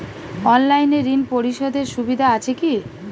অনলাইনে ঋণ পরিশধের সুবিধা আছে কি?